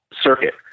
circuit